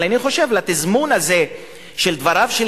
אבל אני חושב שלתזמון הזה של דבריו של